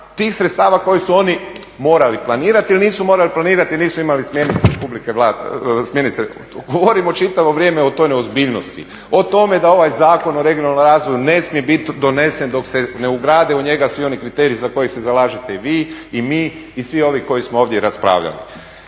tih sredstava koje su oni morali planirati jer nisu morali planirati, nisu imali smjernice od Vlade. Govorimo čitavo vrijeme o toj neozbiljnosti. O tome da ovaj Zakon o regionalnom razvoju ne smije biti donesen dok se ne ugrade u njega svi oni kriteriji za koje se zalažete i vi i mi i svi ovi koji smo ovdje raspravljali.